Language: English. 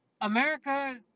America